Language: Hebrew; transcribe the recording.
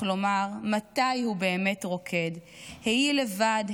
לומר / מתי הוא באמת רוקד / היי לבד,